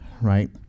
right